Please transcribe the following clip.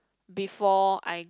before I